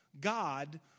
God